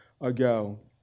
ago